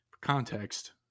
context